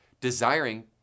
desiring